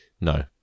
No